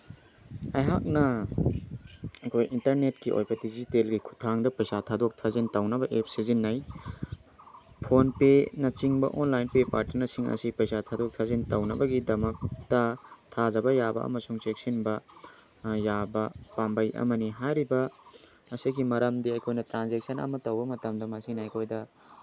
ꯑꯩꯍꯥꯛꯅ ꯑꯩꯈꯣꯏ ꯏꯟꯇꯔꯅꯦꯠꯀꯤ ꯑꯣꯏꯕ ꯗꯤꯖꯤꯇꯦꯜꯒꯤ ꯈꯨꯊꯥꯡꯗ ꯄꯩꯁꯥ ꯊꯥꯗꯣꯛ ꯊꯥꯖꯤꯟ ꯇꯧꯅꯕ ꯑꯦꯞ ꯁꯤꯖꯤꯟꯅꯩ ꯐꯣꯟꯄꯦꯅꯆꯤꯡꯕ ꯑꯣꯟꯂꯥꯏꯟ ꯄꯦ ꯄꯥꯔꯠꯅꯔꯁꯤꯡ ꯑꯁꯤ ꯄꯩꯁꯥ ꯊꯥꯗꯣꯛ ꯊꯥꯖꯤꯟ ꯇꯧꯅꯕꯒꯤꯗꯃꯛ ꯇ ꯊꯥꯖꯕ ꯌꯥꯕ ꯑꯃꯁꯨꯡ ꯆꯦꯛꯁꯤꯟꯕ ꯌꯥꯕ ꯄꯥꯝꯕꯩ ꯑꯃꯅꯤ ꯍꯥꯏꯔꯤꯕ ꯑꯁꯤꯒꯤ ꯃꯔꯝꯗꯤ ꯑꯩꯈꯣꯏꯅ ꯇ꯭ꯔꯥꯟꯖꯦꯛꯁꯟ ꯑꯃ ꯇꯧꯕ ꯃꯇꯝꯗ ꯃꯁꯤꯅ ꯑꯩꯈꯣꯏꯗ